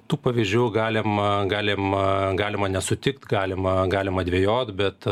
tų pavyzdžių galima galima galima nesutikt galima galima dvejot bet